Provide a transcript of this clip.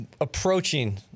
approaching